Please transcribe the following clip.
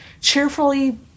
cheerfully –